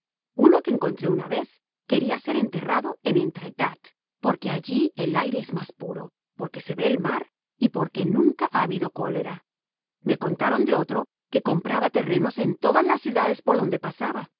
uno que encontré una vez quería ser enterrado en etretat porque allí el aire es más puro porque se ve el mar y porque nunca ha habido cólera me contaron de otro que compraba terrenos en todas las ciudades por donde pasaba